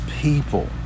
people